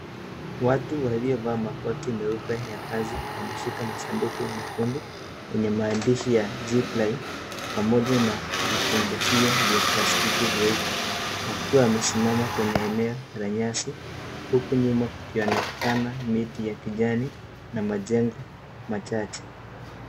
Watu waliovaa makoti meupe ya kazi wameshika masanduku mekundu yenye maandishi ya zipline pamoja na vifungishio vya plastiki nyeupe, wakiwa wamesimama kwenye eneo la nyasi huku nyuma kukionekana miti ya kijani na majengo machache.